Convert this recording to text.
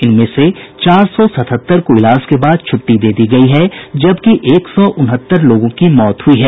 इनमें से चार सौ सतहत्तर को इलाज के बाद छुट्टी दे दी गयी जबकि एक सौ उनहत्तर लोगों की मौत हुई है